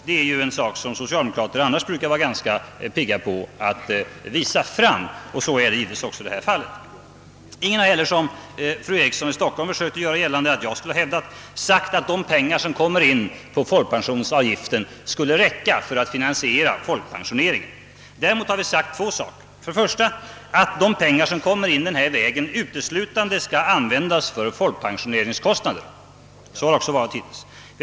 Det är en sak som socialdemokraterna annars brukar vara ganska pigga på att visa fram. Ingen har heller — utom fru Eriksson i Stockholm som försökte göra gällande att jag skulle ha hävdat det — sagt att de pengar som kommer in genom folkpensionsavgiften skulle räcka för att finansiera folkpensioneringen. Däremot har det sagts två saker. Den ena är att de pengar som kommer in på den vägen uteslutande skall användas för folkpensioneringskostnader. Så har det också varit hittills.